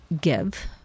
give